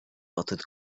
lautet